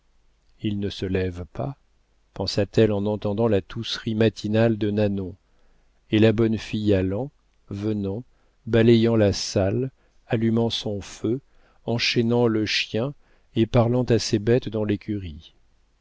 il ne se lève pas pensa-t-elle en entendant la tousserie matinale de nanon et la bonne fille allant venant balayant la salle allumant son feu enchaînant le chien et parlant à ses bêtes dans l'écurie